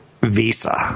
Visa